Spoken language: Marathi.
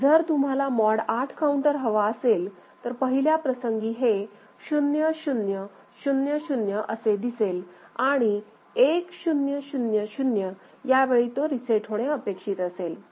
जर तुम्हाला मॉड 8 काऊंटर हवा असेल तर पहिल्या प्रसंगी हे 0000 असे असेल आणि 1000 यावेळी तो रिसेट होणे अपेक्षित असेल